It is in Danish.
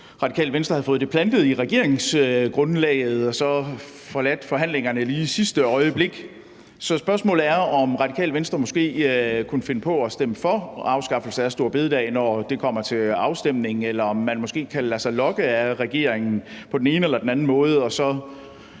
Radikale Venstre havde fået det plantet i regeringsgrundlaget og så forladt forhandlingerne lige i sidste øjeblik. Så spørgsmålet er, om Radikale Venstre måske kunne finde på at stemme for en afskaffelse af store bededag, når det kommer til afstemning, eller om man måske kan lade sig lokke af regeringen på den ene eller den anden måde og jo